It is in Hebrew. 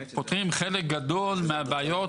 פותרים חלק גדול מהבעיות,